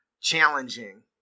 challenging